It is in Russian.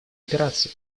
операций